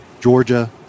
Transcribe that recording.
Georgia